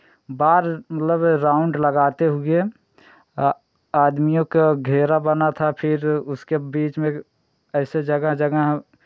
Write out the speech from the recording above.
बार मतलब राउन्ड लगाते हुए आदमियों का घेरा बना था फिर उसके बीच में ऐसे जगह जगह